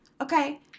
Okay